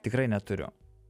tikrai neturiu